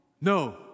no